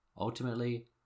Ultimately